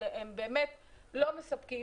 אבל הם באמת לא מספקים.